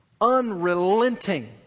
unrelenting